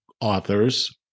authors